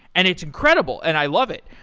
and it's incredible, and i love it.